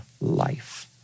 life